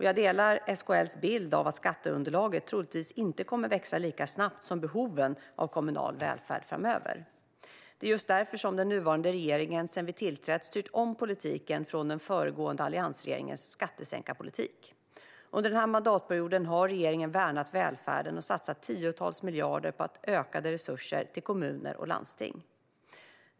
Jag delar SKL:s bild av att skatteunderlaget troligtvis inte kommer att växa lika snabbt som behovet av kommunal välfärd framöver. Det är just därför som den nuvarande regeringen sedan vi tillträdde har styrt om politiken från den föregående alliansregeringens skattesänkarpolitik. Under denna mandatperiod har regeringen värnat om välfärden och satsat tiotals miljarder på ökade resurser till kommuner och landsting.